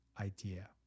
idea